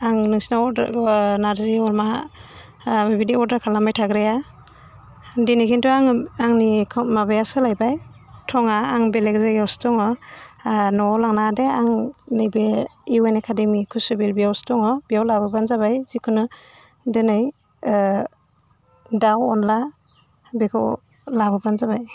आं नोंसिनाव अर्डार नारजि अमा बेबायदि अर्डार खालामबाय थाग्राया दिनै खिन्थु आङो आंनि माबाया सोलायबाय थङा आं बेलक जायगायावसो दङ न'वाव लांनाङा दे आं नैबो इउ एन एकाडेमि कसुबिल बेयावसो दङ बेयाव लाबोबानो जाबाय जिखुनि दोनै दाउ अनला बेखौ लाबोबानो जाबाय